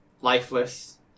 lifeless